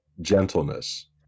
gentleness